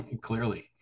clearly